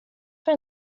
för